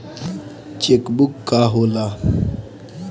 Check book का होला?